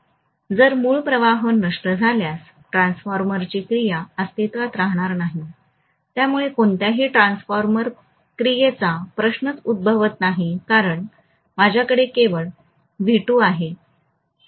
जर मूळ प्रवाह नष्ट झाल्यास ट्रान्सफॉर्मरची क्रिया अस्तित्त्वात राहणार नाही त्यामुळे कोणत्याही ट्रान्सफॉर्मर क्रियेचा प्रश्नच उद्भवत नाही कारण माझ्याकडे केवळ V2 आहे